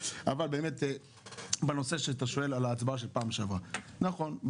בנושא שעליו אתה שואל בעניין ההצבעה בפעם שעברה נכון,